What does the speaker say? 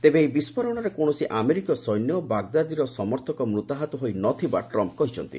ତେବେ ଏହି ବିସ୍ଫୋରଣରେ କୌଣସି ଆମେରିକୀୟ ସୈନ୍ୟ ଓ ବାଗଦାଦୀର ସମର୍ଥକ ମୃତାହତ ହୋଇନଥିବା ଟ୍ରମ୍ପ କହିଛନ୍ତି